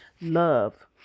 Love